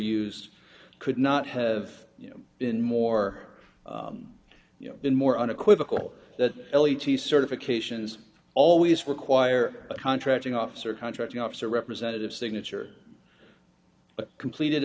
used could not have been more you know in more unequivocal that l e t certifications always require a contracting officer contracting officer representative signature but completed